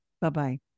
Bye-bye